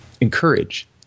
encourage